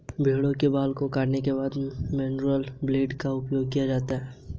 भेड़ों के बाल को काटने के लिए मैनुअल ब्लेड का उपयोग किया जाता है